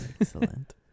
Excellent